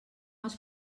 els